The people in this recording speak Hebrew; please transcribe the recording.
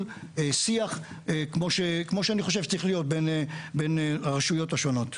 שיח כמו שאני חושב שצריך להיות בין הרשויות השונות.